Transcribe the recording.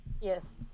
Yes